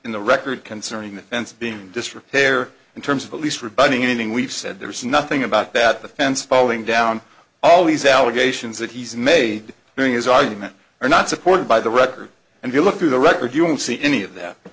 in the record concerning the fence being disrepair in terms of at least rebutting anything we've said there's nothing about that the fence falling down all these allegations that he's made during his argument are not supported by the record and you look through the records you won't see any of that